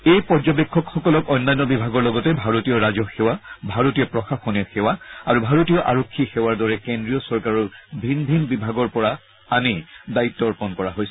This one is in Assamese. এই পৰ্যবেক্ষকসকলক অন্যান্য বিভাগৰ লগতে ভাৰতীয় ৰাজহ সেৱা ভাৰতীয় প্ৰশাসনীয় সেৱা আৰু ভাৰতীয় আৰক্ষী সেৱাৰ দৰে কেন্দ্ৰীয় চৰকাৰৰ ভিন ভিন বিভাগৰ পৰা আনি দায়িত্ব অৰ্পণ কৰা হৈছে